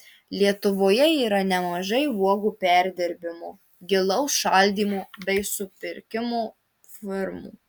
lietuvoje yra nemažai uogų perdirbimo gilaus šaldymo bei supirkimo firmų